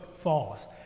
falls